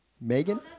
Megan